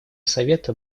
совета